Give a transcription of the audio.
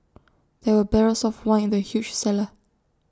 there were barrels of wine in the huge cellar